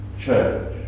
church